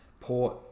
Port